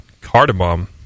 cardamom